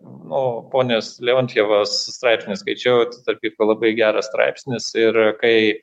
o ponios leontjevos straipsnį skaičiau tai tarp kitko labai geras straipsnis ir kai